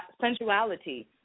sensuality